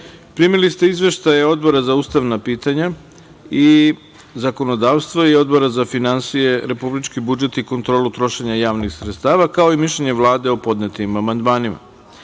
ste izveštaj Odbora za ustavna pitanja i zakonodavstvo i Odbora za finansije, republički budžet i kontrolu trošenja javnih sredstava, kao i mišljenje Vlade o podnetim amandmanima. Pošto